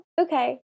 Okay